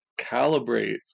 calibrate